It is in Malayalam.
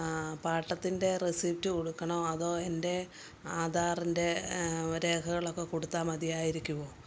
പാട്ടത്തിൻ്റെ റസീപ്റ്റ് കൊടുക്കാണൊ അതൊ എൻ്റെ ആധാറിൻ്റെ മറ്റേ രേഖകളൊക്കെ കൊടുത്താൽ മതിയായിരിക്കുമോ